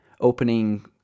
opening